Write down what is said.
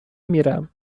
میرم